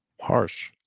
harsh